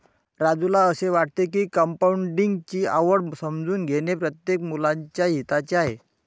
राजूला असे वाटते की कंपाऊंडिंग ची आवड समजून घेणे प्रत्येक मुलाच्या हिताचे आहे